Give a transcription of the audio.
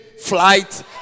flight